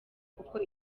kuko